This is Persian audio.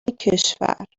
کشور